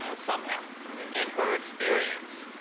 ah somehow in her experience.